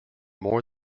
more